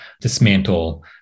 dismantle